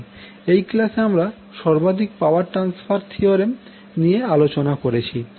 এই ক্লাসে আমরা সর্বাধিক পাওয়ার ট্রান্সফার থিওরেম নিয়ে আলোচনা করেছি